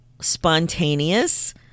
spontaneous